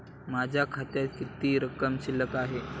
माझ्या खात्यात किती रक्कम शिल्लक आहे?